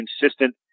consistent